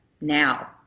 now